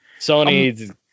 Sony